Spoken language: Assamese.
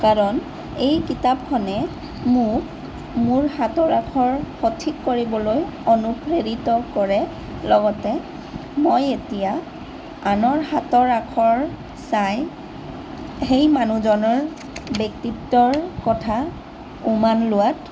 কাৰণ এই কিতাপখনে মোক মোৰ হাতৰ আখৰ সঠিক কৰিবলৈ অনুপ্ৰেৰিত কৰে লগতে মই এতিয়া আনৰ হাতৰ আখৰ চাই সেই মানুহজনৰ ব্যক্তিত্বৰ কথা উমান লোৱাত